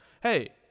hey